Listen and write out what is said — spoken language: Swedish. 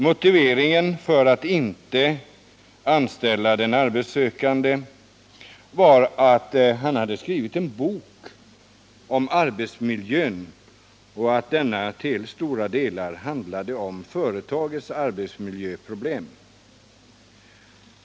Motiveringen för att inte anställa den arbetssökande var att han hade skrivit en bok om arbetsmiljö och att denna till stora delar handlade om företagets arbetsmiljöproblem.